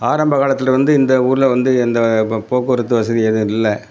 ஆரம்பகாலத்தில் வந்து இந்த ஊரில் வந்து இந்த ப போக்குவரத்து வசதி எதுவும் இல்லை